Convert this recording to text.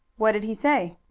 what did he say?